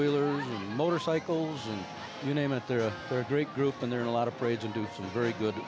wheeler motorcycles and you name it they're a great group and there are a lot of pride to do some very good